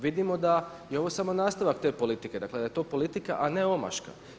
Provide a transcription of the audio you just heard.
Vidimo da je ovo samo nastavak te politike, dakle da je to politika a ne omaška.